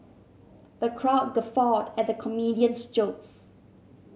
the crowd guffawed at the comedian's jokes